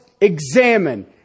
examine